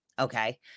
Okay